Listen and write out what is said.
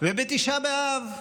ובתשעה באב,